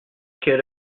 quelle